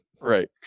Right